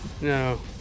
No